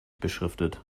beschriftet